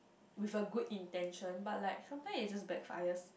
with a good intention but like sometimes it just backfire